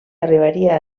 arribaria